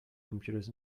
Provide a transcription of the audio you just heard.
computers